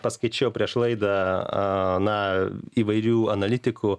paskaičiau prieš laidą na įvairių analitikų